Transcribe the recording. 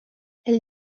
elle